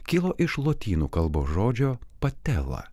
kilo iš lotynų kalbos žodžio patela